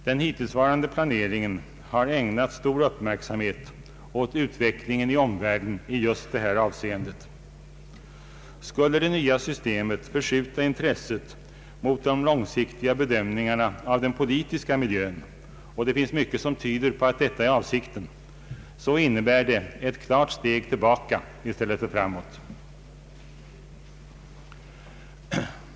Den hittillsvarande planeringen har ägnat stor uppmärksamhet åt utvecklingen i omvärlden i just detta avseende. Skulle det nya systemet förskjuta intresset mot de långsiktiga bedömningarna av den politiska miljön — och det finns mycket som tyder på att detta är avsikten — så innebär det ett klart steg tillbaka i stället för framåt.